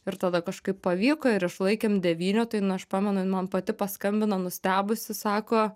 ir tada kažkaip pavyko ir išlaikėm devynetui nu aš pamenu jin man pati paskambino nustebusi sako